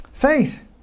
Faith